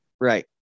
right